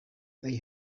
they